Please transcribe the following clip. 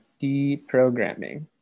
deprogramming